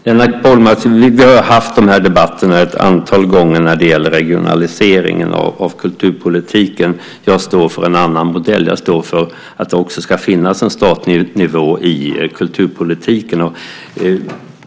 Herr talman! Vi har haft debatterna om regionaliseringen av kulturpolitiken ett antal gånger, Lennart Kollmats. Jag står för en annan modell. Jag står för att det också ska finnas en statlig nivå i kulturpolitiken.